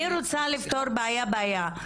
אני רוצה לפתור בעיה-בעיה,